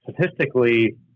statistically